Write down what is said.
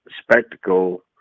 Spectacle